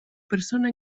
persona